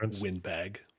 windbag